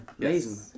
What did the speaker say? Amazing